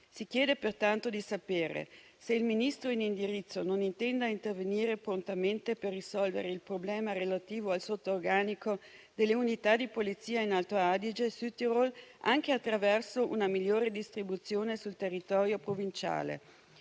Si chiede pertanto di sapere se il Ministro in indirizzo non intenda intervenire prontamente per risolvere il problema relativo al sottorganico delle unità di Polizia in Alto Adige-Südtirol, anche attraverso una migliore distribuzione sul territorio provinciale;